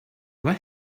what